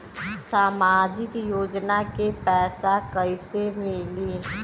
सामाजिक योजना के पैसा कइसे मिली?